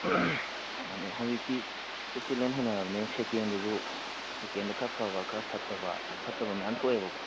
ꯑꯗꯣ ꯍꯧꯖꯤꯛꯇꯤ ꯈꯨꯠꯁꯦ ꯂꯣꯏ ꯍꯩꯅꯔꯝꯅꯤꯅ ꯁꯦꯀꯦꯟꯗꯨꯁꯨ ꯁꯦꯀꯦꯟꯗꯣ ꯈꯔ ꯐꯕ ꯈꯔ ꯐꯠꯇꯕ ꯌꯥꯝ ꯐꯠꯇꯕ ꯃꯌꯥꯝ ꯊꯣꯛꯑꯦꯕꯀꯣ